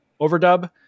overdub